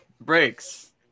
breaks